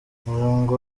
umuryango